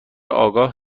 آگاه